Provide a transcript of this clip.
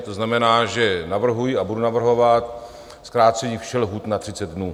To znamená, že navrhuji a budu navrhovat zkrácení všech lhůt na 30 dnů.